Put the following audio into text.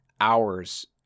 hours